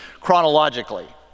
chronologically